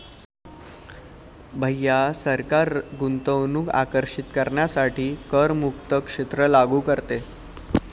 भैया सरकार गुंतवणूक आकर्षित करण्यासाठी करमुक्त क्षेत्र लागू करते